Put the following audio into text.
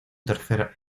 tercer